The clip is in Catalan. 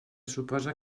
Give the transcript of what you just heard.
suposa